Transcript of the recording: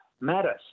matters